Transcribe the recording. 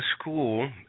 school